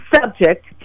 subject